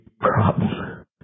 problem